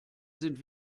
sind